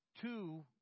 two